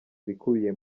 ibikubiye